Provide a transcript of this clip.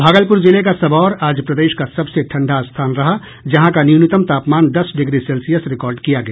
भागलपुर जिले का सबौर आज प्रदेश का सबसे ठंडा स्थान रहा जहां का न्यूनतम तापमान दस डिग्री सेल्सियस रिकॉर्ड किया गया